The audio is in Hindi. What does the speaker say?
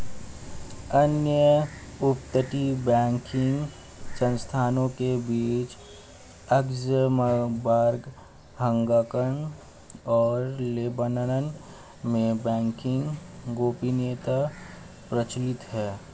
अन्य अपतटीय बैंकिंग संस्थानों के बीच लक्ज़मबर्ग, हांगकांग और लेबनान में बैंकिंग गोपनीयता प्रचलित है